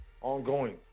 ongoing